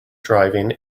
driving